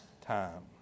time